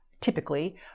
typically